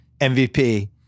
MVP